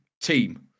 team